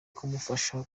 kumufasha